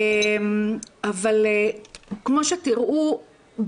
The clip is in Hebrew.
כמו שתראו,